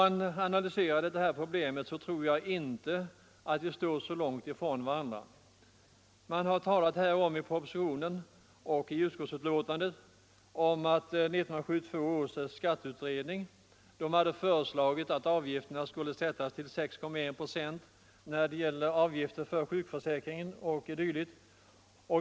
En analys av detta problem tror jag skulle visa att vi inte står så långt ifrån varandra. Man har i propositionen och i utskottsbetänkandet talat om att 1972 års skatteutredning hade föreslagit att avgifterna skulle sättas till 6,1 procent när det gäller sjukförsäkringen o. d.